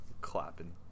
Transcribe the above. clapping